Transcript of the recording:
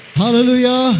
hallelujah